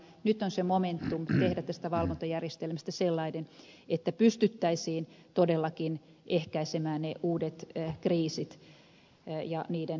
nyt on se momentum tehdä tästä valvontajärjestelmästä sellainen että pystyttäisiin todellakin ehkäisemään uudet kriisit ja niiden siementenkin syntyminen